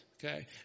Okay